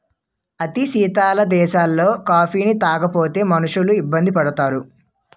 అతి శీతల దేశాలలో కాఫీని తాగకపోతే మనుషులు ఇబ్బంది పడతారు